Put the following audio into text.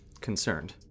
concerned